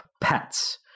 pets